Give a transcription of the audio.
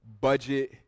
Budget